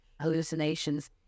hallucinations